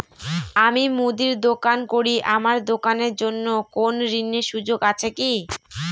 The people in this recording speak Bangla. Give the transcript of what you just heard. আমি মুদির দোকান করি আমার দোকানের জন্য কোন ঋণের সুযোগ আছে কি?